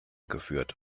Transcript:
geführt